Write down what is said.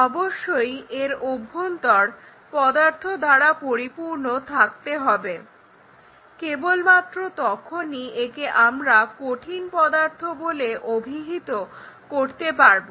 অবশ্যই এর অভ্যন্তর পদার্থ দ্বারা পরিপূর্ণ থাকতে হবে কেবলমাত্র তখনই একে আমরা কঠিন পদার্থ বলে অভিহিত করতে পারব